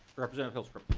representative hilstrom.